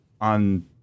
on